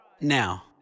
now